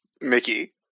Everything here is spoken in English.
Mickey